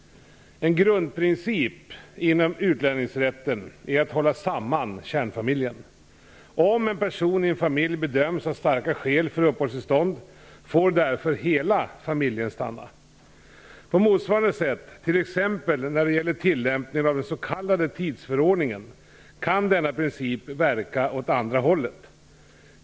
En grundprincip inom utlänningsrätten är att hålla samman kärnfamiljen. Om en person i en familj bedöms ha starka skäl för uppehållstillstånd, får därför hela familjen stanna här. På motsvarande sätt, t.ex. när det gäller tillämpningen av den s.k. tidsförordningen, kan denna princip verka åt andra hållet.